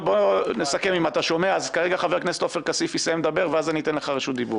באיזה תנאים ניתן להשתמש בכסף שנחסך ברזרבות?